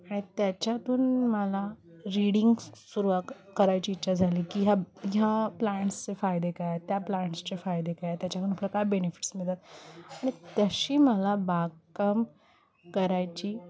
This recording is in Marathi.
आणि त्याच्यातून मला रीडिंग्स सुरुवात करायची इच्छा झाली की ह्या ह्या प्लांट्सचे फायदे काय त्या प्लांट्सचे फायदे काय त्याच्याकडून काय बेनिफिट्स मिळतात आणि तशी मला बागकाम करायची